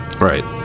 Right